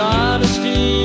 honesty